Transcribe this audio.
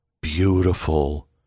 beautiful